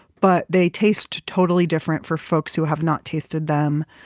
but they taste totally different for folks who have not tasted them.